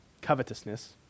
covetousness